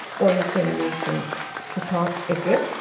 or you can use them to top a gift